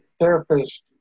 therapist